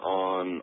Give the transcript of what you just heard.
on